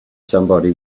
somebody